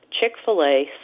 Chick-fil-A